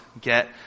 get